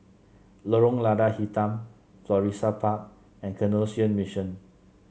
Lorong Lada Hitam Florissa Park and Canossian Mission